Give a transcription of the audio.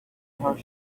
her